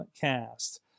cast